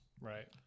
right